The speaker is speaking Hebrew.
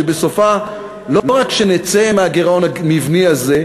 שבסופה לא רק שנצא מהגירעון המבני הזה,